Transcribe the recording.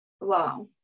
wow